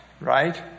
right